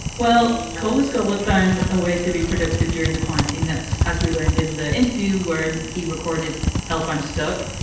well, kosko will found a way to be productive during the quarantine. that's as we learned in the interview where he recorded help. i'm stuck.